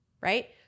right